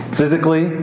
physically